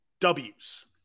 Ws